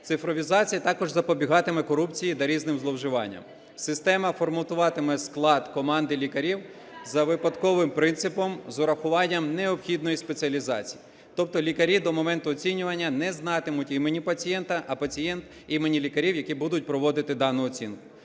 Цифровізація також запобігатиме корупції та різним зловживанням, система форматуватиме склад команди лікарів за випадковим принципом з урахуванням необхідної спеціалізації. Тобто лікарі до моменту оцінювання не знатимуть імені пацієнта, а пацієнт – імен лікарів, які будуть проводити дану оцінку.